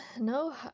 no